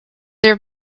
there